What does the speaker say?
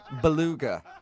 Beluga